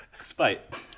spite